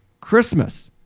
Christmas